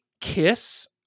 kiss